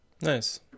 Nice